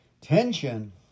tension